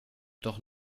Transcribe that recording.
doch